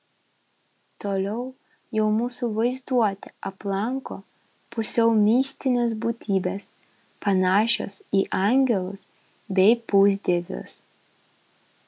toliau jau mūsų vaizduotę aplanko pusiau mistinės būtybės panašios į angelus bei pusdievius